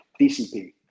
DCP